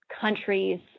countries